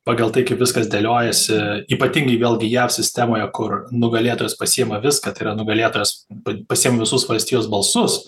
pagal tai kaip viskas dėliojasi ypatingai vėlgi jav sistemoje kur nugalėtojas pasiima viską tai yra nugalėtojas pa pasiima visus valstijos balsus